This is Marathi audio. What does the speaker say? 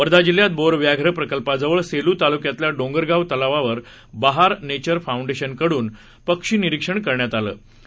वर्धाजिल्ह्यातबोरव्याघ्रप्रकल्पाजवळसेलूतालुक्यातल्याडोंगरगावतलावावरबहारनेचरफाऊंडेशनकडूनपक्षीनिरीक्षणकरण्यातआ लं